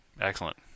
excellent